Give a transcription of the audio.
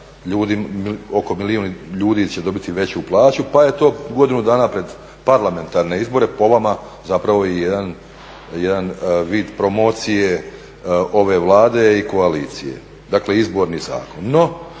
plaća oko milijun ljudi će dobiti veću plaću pa je to godinu dana pred parlamentarne izbore po vama jedan vid promocije ove Vlade i koalicije, dakle izborni zakon.